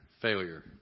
Failure